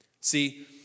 See